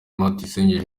tuyisenge